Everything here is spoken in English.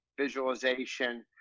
visualization